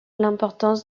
l’importance